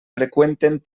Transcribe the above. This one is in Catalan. freqüenten